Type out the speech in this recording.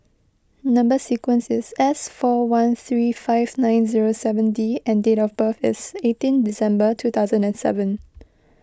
Number Sequence is S four one three five nine zero seven D and date of birth is eighteen December two thousand and seven